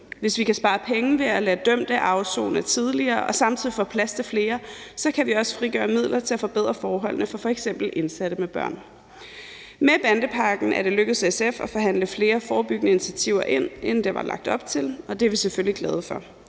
Hvis vi kan spare penge ved at lade dømte afsone tidligere og samtidig får plads til flere, kan vi også frigøre midler til at forbedre forholdene for f.eks. indsatte med børn. Med bandepakken er det lykkedes SF at forhandle flere forebyggende initiativer ind, end der var lagt op til, og det er vi selvfølgelig glade for.